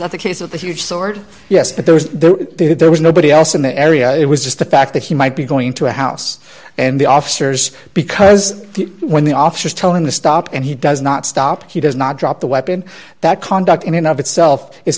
that the case of the huge sword yes but there was there there was nobody else in the area it was just the fact that he might be going to a house and the officers because when the officer is telling the stop and he does not stop he does not drop the weapon that conduct in and of itself is